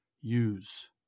use